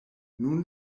nun